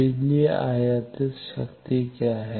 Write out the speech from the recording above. बिजली आयातित शक्ति क्या है